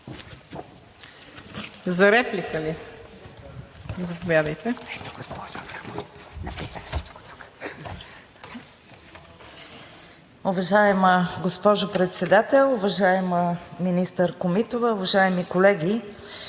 За реплика ли? Заповядайте.